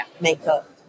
makeup